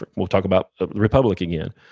but we'll talk about the republic again.